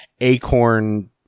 acorn